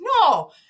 No